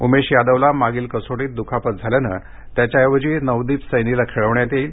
उमेश यादवला मागील कसोटीत दुखापत झाल्यानं त्याच्या ऐवजी नवदीप सैनीला खेळवण्यात येईल